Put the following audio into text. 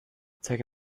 zeige